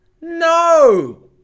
No